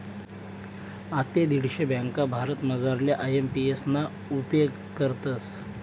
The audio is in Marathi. आते दीडशे ब्यांका भारतमझारल्या आय.एम.पी.एस ना उपेग करतस